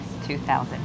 2000